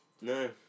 No